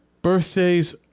birthdays